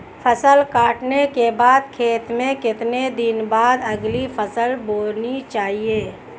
फसल काटने के बाद खेत में कितने दिन बाद अगली फसल बोनी चाहिये?